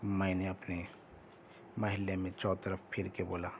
میں نے اپنے محلے میں چو طرف پھر کے بولا